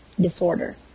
disorder